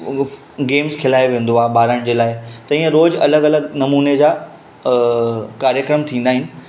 उहो गेम्स खेलायो वेंदो आहे ॿारनि जे लाइ तीअं रोज़ु अलॻि अलॻि नमूने जा कार्यक्रम थींदा आहिनि